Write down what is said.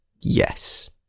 Yes